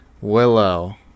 Willow